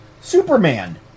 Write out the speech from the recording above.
Superman